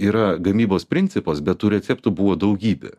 yra gamybos principas bet tų receptų buvo daugybė